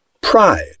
Pride